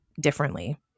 differently